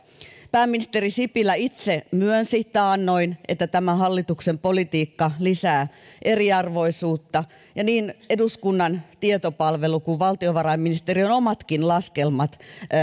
pääministeri sipilä itse myönsi taannoin että tämän hallituksen politiikka lisää eriarvoisuutta ja niin eduskunnan tietopalvelu kuin valtiovarainministeriön omatkin laskelmat